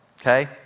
okay